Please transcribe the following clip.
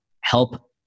help